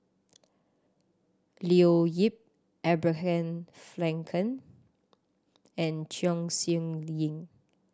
Leo Yip Abraham Frankel and Chong Siew Ying